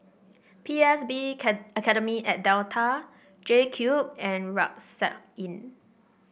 P S B Academy at Delta JCube and Rucksack Inn